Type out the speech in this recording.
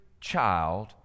child